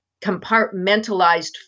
compartmentalized